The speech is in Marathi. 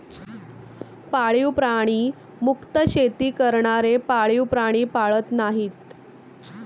पाळीव प्राणी मुक्त शेती करणारे पाळीव प्राणी पाळत नाहीत